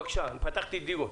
בבקשה, פתחתי דיון.